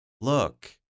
look